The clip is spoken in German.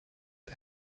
der